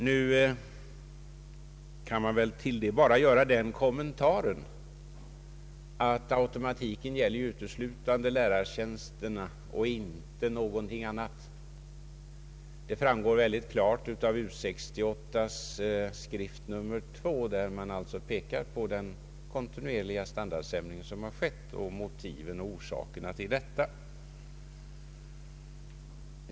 Nu vill jag göra den kommentaren att automatiken uteslutande gäller lärar tjänsterna och inte något annat. Det framgår mycket klart av U 68:s skrift nr 2, där man pekar på den kontinuerliga standardsänkning som skett och nämner motiven och orsakerna härtill.